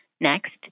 Next